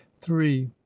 Three